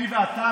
אני ואתה,